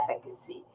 efficacy